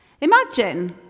Imagine